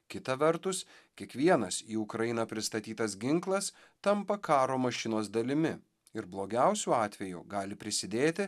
kita vertus kiekvienas į ukrainą pristatytas ginklas tampa karo mašinos dalimi ir blogiausiu atveju gali prisidėti